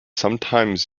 sometimes